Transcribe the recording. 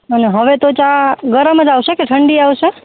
અને હવે તો ચા ગરમ જ આવસે કે ઠંડી આવસે